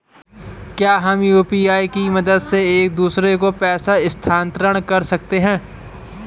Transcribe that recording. क्या हम यू.पी.आई की मदद से एक दूसरे को पैसे स्थानांतरण कर सकते हैं?